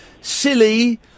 silly